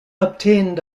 obtained